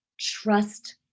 Trust